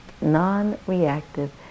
non-reactive